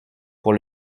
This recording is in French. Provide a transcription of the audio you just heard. pour